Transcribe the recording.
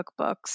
cookbooks